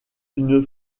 d’une